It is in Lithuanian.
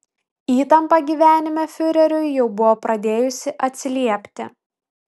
įtampa gyvenime fiureriui jau buvo pradėjusi atsiliepti